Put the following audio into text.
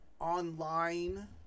online